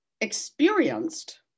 experienced